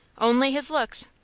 only his looks.